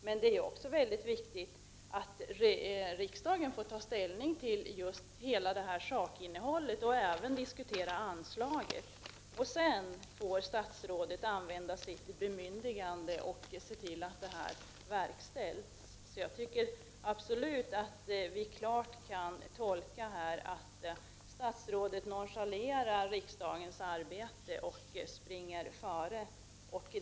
Men det är också mycket viktigt att riksdagen får ta ställning till hela sakinnehållet och även diskutera anslaget. Därefter kan statsrådet använda sitt bemyndigande och se till att beslutet verkställs. Jag tycker alltså att vi absolut kan göra den tolkningen att statsrådet nonchalerar riksdagens arbete och springer före.